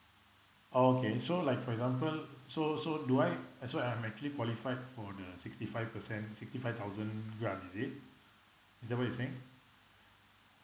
oh okay so like for example so so do I as well I'm actually qualified for the sixty five percent sixty five thousand grant is it is that what you were saying